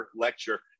lecture